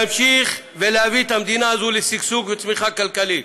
להמשיך ולהביא את המדינה הזו לשגשוג וצמיחה כלכלית,